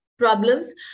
problems